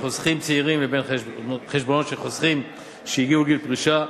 חוסכים צעירים לבין חשבונות של חוסכים שהגיעו לגיל פרישה.